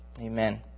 amen